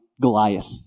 Goliath